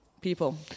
people